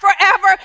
forever